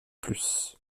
plus